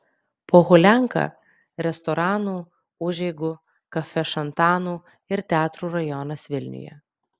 pohulianka restoranų užeigų kafešantanų ir teatrų rajonas vilniuje